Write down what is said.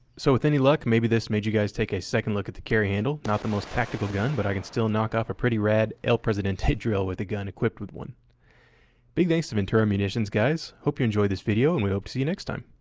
so with any luck, maybe this made you guys take a second look at the carry handle. not the most tactical gun but i can still knock out a pretty rad el presidente drill with the gun quickly. big thanks to ventura munitions guys. hope you enjoyed this video and we hope to see you next time.